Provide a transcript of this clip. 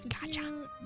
Gotcha